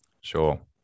sure